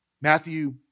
Matthew